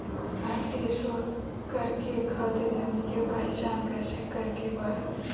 अनाज के स्टोर करके खातिर नमी के पहचान कैसे करेके बा?